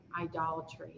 idolatry